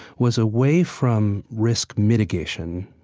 was away from risk mitigation.